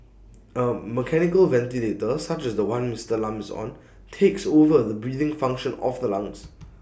A mechanical ventilator such as The One Mister Lam is on takes over the breathing function of the lungs